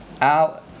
Al